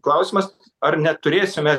klausimas ar neturėsime